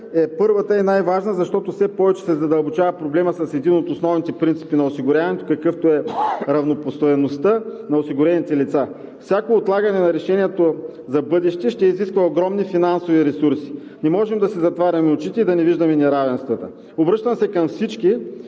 първата и най-важна, защото все повече се задълбочава проблемът с един от основните принципи на осигуряването, какъвто е равнопоставеността на осигурените лица. Всяко отлагане на решението за в бъдеще ще изисква огромни финансови ресурси. Не можем да си затваряме очите и да не виждаме неравенствата. Обръщам се към всички,